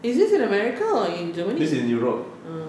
is this in america or in germany ah